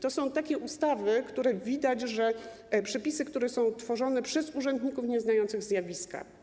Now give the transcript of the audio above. To są takie ustawy, w których widać, że przepisy są tworzone przez urzędników nieznających zjawiska.